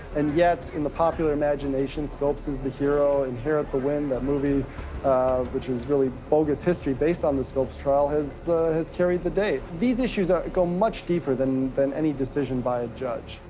and yet in the popular imagination, scopes is the hero. inherit the wind that movie which is really bogus history based on the scopes trial, has has carried the day. these issues ah go much deeper than than any decision by a judge.